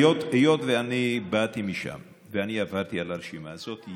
היות שאני באתי משם ועברתי על הרשימה הזאת,